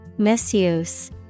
Misuse